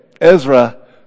Ezra